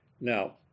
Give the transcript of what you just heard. Now